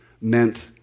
Meant